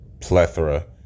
plethora